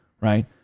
right